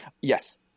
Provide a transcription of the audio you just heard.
Yes